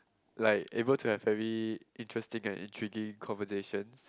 like able to have very interesting and intriguing conversation